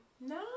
No